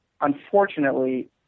unfortunately